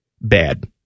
bad